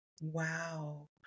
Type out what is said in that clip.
Wow